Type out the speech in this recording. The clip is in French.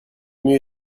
mieux